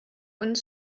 uns